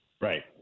Right